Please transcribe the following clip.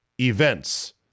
events